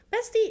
Bestie